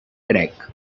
track